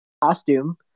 costume